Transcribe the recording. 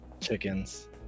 chickens